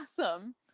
awesome